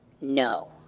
No